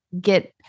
get